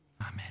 Amen